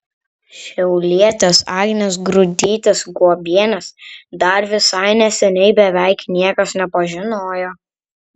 šiaulietės agnės grudytės guobienės dar visai neseniai beveik niekas nepažinojo